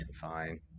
Fine